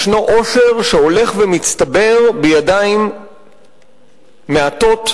ישנו עושר שהולך ומצטבר בידיים מעטות,